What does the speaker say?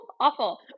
awful